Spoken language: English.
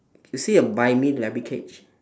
you see a buy me in the rabbit cage